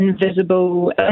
invisible